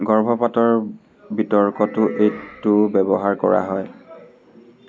গৰ্ভপাতৰ বিতৰ্কতো এইটো ব্যৱহাৰ কৰা হয়